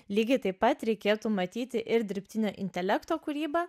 lygiai taip pat reikėtų matyti ir dirbtinio intelekto kūrybą